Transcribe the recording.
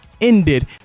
ended